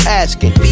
asking